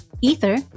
Ether